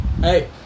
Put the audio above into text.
Hey